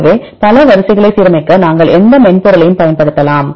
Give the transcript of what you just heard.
எனவே பல வரிசைகளை சீரமைக்க நாங்கள் எந்த மென்பொருளையும் பயன்படுத்தலாம்